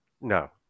no